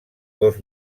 dos